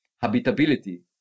habitability